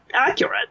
accurate